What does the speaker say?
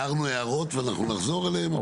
הערנו הערות, ואנחנו נחזור עליהן.